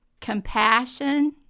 compassion